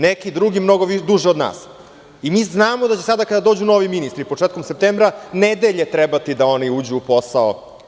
Neki drugi mnogo duže od nas i mi znamo da će sada, kada dođu novi ministri početkom septembra, nedelje trebati da oni uđu u posao.